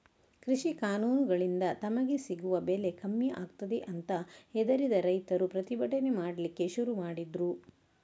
ಕೃಷಿ ಕಾನೂನುಗಳಿಂದ ತಮಗೆ ಸಿಗುವ ಬೆಲೆ ಕಮ್ಮಿ ಆಗ್ತದೆ ಅಂತ ಹೆದರಿದ ರೈತರು ಪ್ರತಿಭಟನೆ ಮಾಡ್ಲಿಕ್ಕೆ ಶುರು ಮಾಡಿದ್ರು